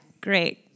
Great